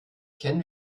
kennen